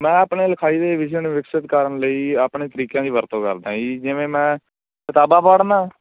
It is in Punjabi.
ਮੈਂ ਆਪਣੇ ਲਿਖਾਈ ਦੇ ਵਿਸ਼ੇ ਨੂੰ ਵਿਕਸਿਤ ਕਰਨ ਲਈ ਆਪਣੇ ਤਰੀਕਿਆਂ ਦੀ ਵਰਤੋਂ ਕਰਦਾ ਜੀ ਜਿਵੇਂ ਮੈਂ ਕਿਤਾਬਾਂ ਪੜ੍ਹਨਾ